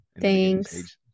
thanks